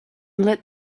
lit